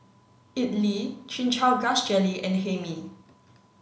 Idly Chin Chow Grass Jelly and Hae Mee